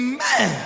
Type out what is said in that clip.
Amen